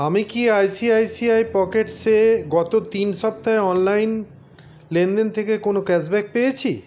আমি কি ICICI Pockets গত তিন সপ্তাহে অনলাইন লেনদেন থেকে কোনও ক্যাশব্যাক পেয়েছি